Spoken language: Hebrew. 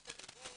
רשות הדיבור.